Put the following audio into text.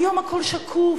היום הכול שקוף.